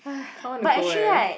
I want to go eh